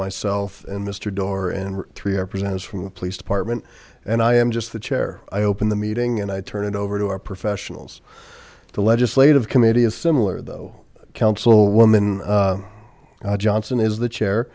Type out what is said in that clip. myself and mister doar and three represents from the police department and i am just the chair i open the meeting and i turn it over to our professionals the legislative committee is similar though councilwoman johnson is the chair